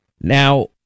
Now